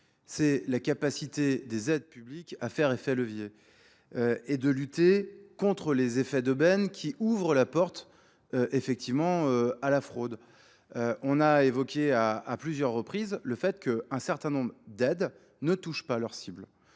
c'est la capacité des aides publiques à faire effet levier et de lutter contre les effets d'eubène qui ouvrent la porte effectivement à la fraude. On a évoqué à plusieurs reprises le fait qu'un certain nombre d'aides ne touchent pas leur cible.